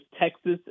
Texas